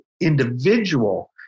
individual